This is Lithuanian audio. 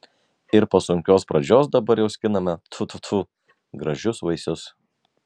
ir po sunkios pradžios dabar jau skiname tfu tfu tfu gražius vaisius